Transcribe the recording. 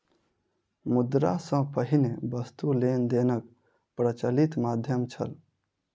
मुद्रा सॅ पहिने वस्तु लेन देनक प्रचलित माध्यम छल